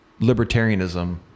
libertarianism